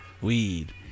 weed